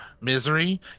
Misery